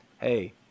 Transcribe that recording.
Hey